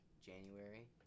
January